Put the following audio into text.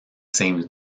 same